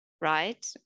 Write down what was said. right